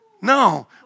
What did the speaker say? No